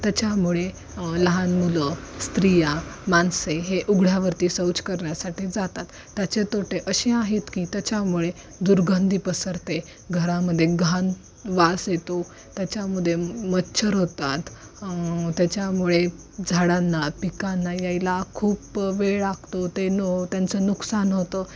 त्याच्यामुळे लहान मुलं स्त्रिया माणसे हे उघड्यावरती शौच करण्यासाठी जातात त्याचे तोटे असे आहेत की त्याच्यामुळे दुर्गधी पसरते घरामध्ये घाण वास येतो त्याच्यामध्ये मच्छर होतात त्याच्यामुळे झाडांना पिकांना यायला खूप वेळ लागतो ते न त्यांचं नुकसान होतं